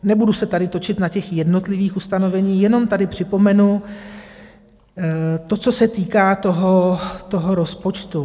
Nebudu se tady točit na těch jednotlivých ustanoveních, jenom tady připomenu to, co se týká rozpočtu.